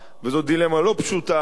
וזאת דילמה לא פשוטה,